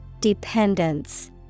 Dependence